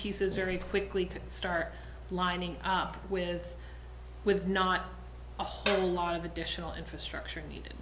pieces very quickly could start lining up with with not a whole lot of additional infrastructure need